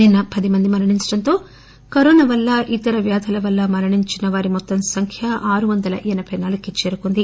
నిన్న పదిమంది మరణించడంతో కరోనా వల్ల ఇతర వ్యాధుల వల్ల మరణించిన వారి మొత్తం సంఖ్య ఆరు వందల ఎనబై నాలుగు కి చేరుకుంది